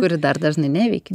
kuri dar dažnai neveikia